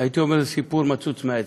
הייתי אומר: הסיפור מצוץ מהאצבע.